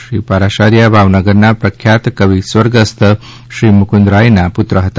શ્રી પારાશાર્ય ભાવનગરના પ્રખ્યાત કવિ સ્વર્ગસ્થ શ્રી મુકુન્દરાયના પુત્ર હતા